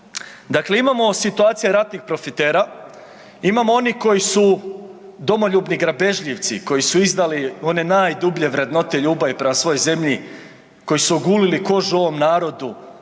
Dakle, imamo situacija ratnih profitera, imamo onih koji su domoljubni grabežljivci, koji su izdali one najdublje vrednote ljubavi prema svojoj zemlji, koji su ogulili kožu ovom narodu